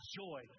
joy